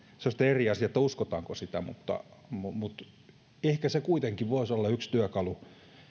se on tietysti eri asia uskotaanko sitä mutta ehkä se kuitenkin voisi olla yksi työkalu